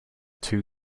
too